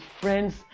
friends